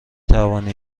توانی